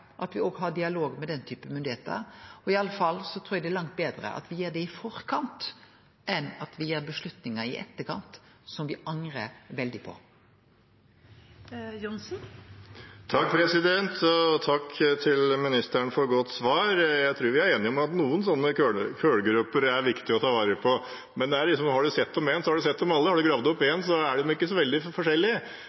har dialog med den typen myndigheiter. I alle fall trur eg det er langt betre at me gjer det i forkant enn at me tar avgjerder i etterkant som me angrar veldig på. Takk til ministeren for et godt svar. Jeg tror vi er enige om at noen sånne kullgroper er det viktig å ta vare på, men det er litt sånn at har man sett én, har man sett dem alle. Har man gravd opp én, er de ikke så veldig